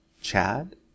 Chad